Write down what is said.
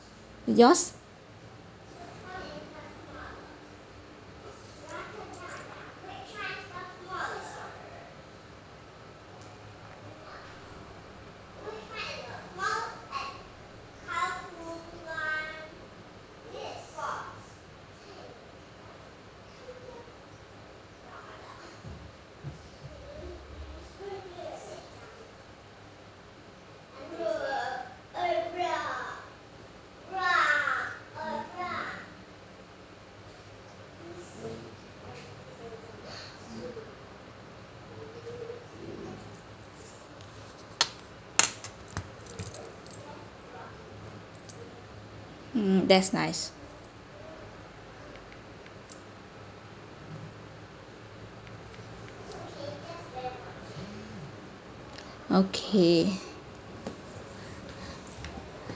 yours mm that's nice okay